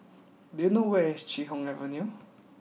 do you know where is Chee Hoon Avenue